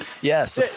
Yes